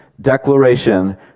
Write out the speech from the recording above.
declaration